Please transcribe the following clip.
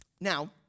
Now